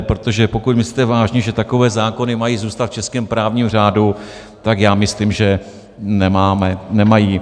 Protože pokud myslíte vážně, že takové zákony mají zůstat v českém právním řádu, tak já myslím, že nemají.